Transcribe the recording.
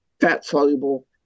fat-soluble